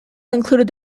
included